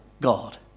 God